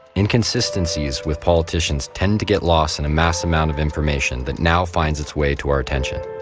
inconsistencies with politicians tend to get lost in a mass amount of information that now finds its way to our attention.